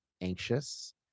anxious